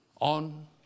on